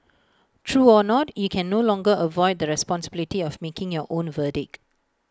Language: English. true or not you can no longer avoid the responsibility of making your own verdict